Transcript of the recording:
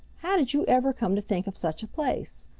how did you ever come to think of such a place?